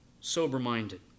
Sober-minded